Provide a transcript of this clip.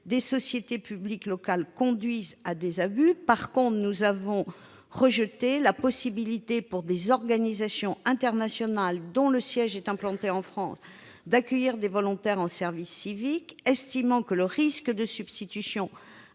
des sociétés publiques locales ne conduisent à des abus. En revanche, nous avons rejeté la possibilité pour des organisations internationales dont le siège est implanté en France d'accueillir des volontaires en service civique, estimant que le risque de substitution